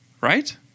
right